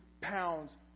pounds